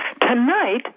Tonight